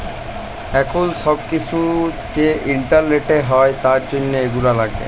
এখুল সব কিসু যে ইন্টারলেটে হ্যয় তার জনহ এগুলা লাগে